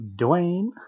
Dwayne